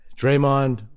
Draymond